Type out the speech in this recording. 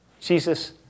Jesus